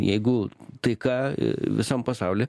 jeigu taika visam pasauly